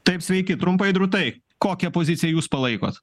taip sveiki trumpai drūtai kokią poziciją jūs palaikot